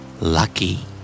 Lucky